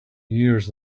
years